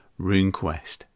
RuneQuest